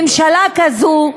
ממשלה כזו,